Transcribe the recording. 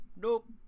Nope